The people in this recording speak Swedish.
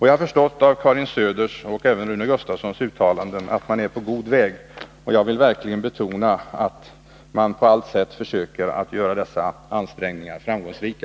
Jag har förstått av Karin Söders och även av Rune Gustavssons uttalanden att man är på god väg, och jag vill verkligen betona vikten av att man på allt sätt försöker göra dessa ansträngningar framgångsrika.